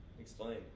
explain